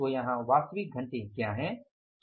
तो यहां वास्तविक घंटे क्या हैं